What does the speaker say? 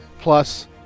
plus